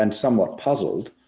and somewhat puzzled,